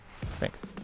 Thanks